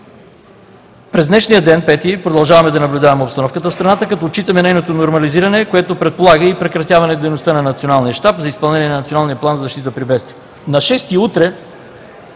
През днешния ден, 5-ти, продължаваме да наблюдаваме обстановката в страната като отчитаме нейното нормализиране, което предполага и прекратяване дейността на Националния щаб за изпълнение на Националния план за защита при бедствия.